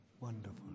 wonderful